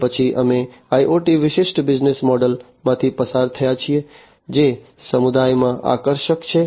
તે પછી અમે IoT વિશિષ્ટ બિઝનેસ મોડલ્સ માંથી પસાર થયા છીએ જે સમુદાયમાં આકર્ષક છે